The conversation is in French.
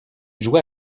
jouait